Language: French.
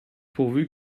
pourvu